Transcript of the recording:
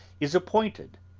is appointed,